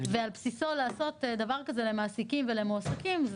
ועל בסיס זה לעשות דבר כזה למעסיקים ולמועסקים,